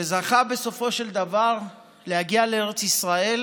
שזכה בסופו של דבר להגיע לארץ ישראל,